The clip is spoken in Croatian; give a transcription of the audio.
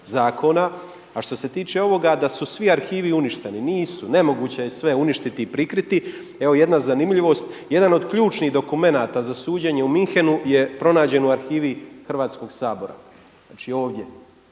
zakona. A što se tiče ovoga da su svi arhivi uništeni, nisu. Nemoguće je sve uništiti i prikriti. Evo jedna zanimljivost. Jedan od ključnih dokumenata za suđenje u Münchenu je pronađen u arhivi Hrvatskog sabora, znači ovdje,